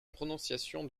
prononciation